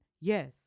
yes